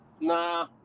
Nah